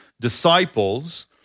disciples